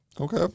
okay